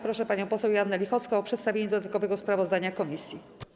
Proszę panią poseł Joannę Lichocką o przedstawienie dodatkowego sprawozdania komisji.